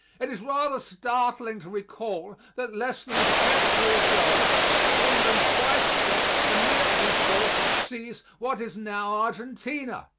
it is rather startling to recall that less than a century ago england twice sent a military force to seize what is now argentina.